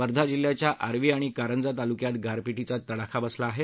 वर्धा जिल्ह्याच्या आर्वी आणि कारंजा तालुक्यात गारपिटीचा तडाखा बसला आहे